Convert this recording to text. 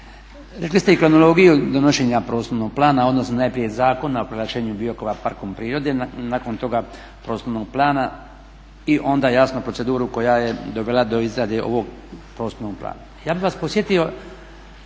Rekli se i kronologiju donošenja prostornog plana, odnosno najprije Zakona o proglašenju Biokova parkom prirode, nakon toga prostornog plana i onda jasno proceduru koja je dovela do izrade ovog prostornog plana. Ja bih vas podsjetio